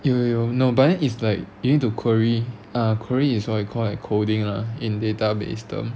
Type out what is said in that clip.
you you know but then is like you need to query uh query is what you call like coding lah in database system